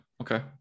okay